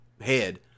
head